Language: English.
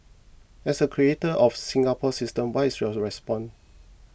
as a creator of Singapore system why is your response